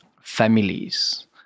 families